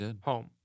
home